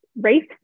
race